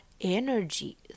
energy